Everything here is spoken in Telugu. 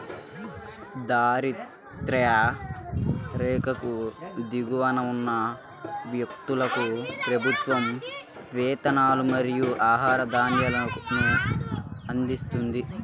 దారిద్య్ర రేఖకు దిగువన ఉన్న వ్యక్తులకు ప్రభుత్వం వేతనాలు మరియు ఆహార ధాన్యాలను అందిస్తుంది